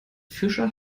fischer